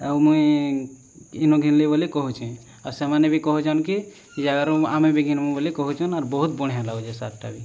ଆଉ ମୁଁ ଇନୁ କିଣିଲି ବୋଲି କହୁଛି ଆଉ ସେମାନେ ବି କହୁଛନ୍ତି କି ଏ ଜାଗାରୁ ଆମେ ବି କିଣିବୁ ବୋଲି କହୁଛନ୍ତି ଆର୍ ବହୁତ ବଢ଼ିଆ ଲାଗୁଛି ସାର୍ଟଟା ବି